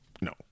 No